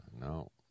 no